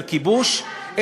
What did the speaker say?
על כיבוש?